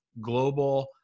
global